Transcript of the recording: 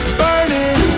burning